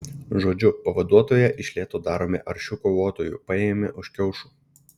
žodžiu pavaduotoją iš lėto darome aršiu kovotoju paėmę už kiaušų